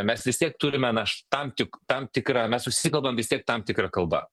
mes vis tiek turime naš tam tik tam tikrą mes susikalbam vis tiek tam tikra kalba